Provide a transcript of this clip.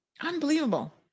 Unbelievable